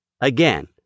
again